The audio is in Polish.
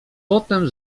potem